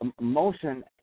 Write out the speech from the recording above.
motion